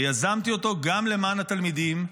ויזמתי אותו גם למען התלמידים,